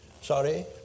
Sorry